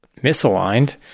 misaligned